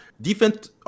defense –